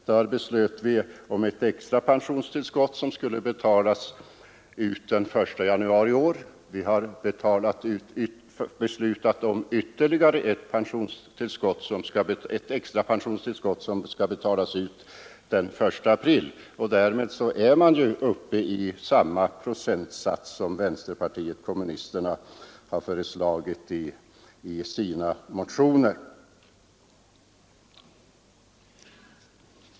Då beslöt vi om ett extra pensionstillskott som skulle betalas ut den 1 januari i år. Vi har beslutat om ytterligare ett extra pensionstillskott som skall betalas ut den 1 april. Därmed är man ju uppe i samma procentsats som vänsterpartiet kommunisterna har föreslagit i sina motioner.